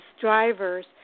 drivers